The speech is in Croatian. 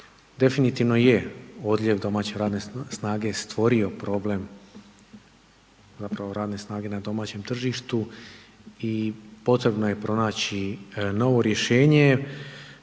Definitivno je odljev domaće radne snage stvorio problem, zapravo radne snage na domaćem tržištu i potrebno je pronaći novi rješenje.